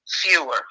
fewer